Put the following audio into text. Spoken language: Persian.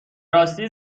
راستی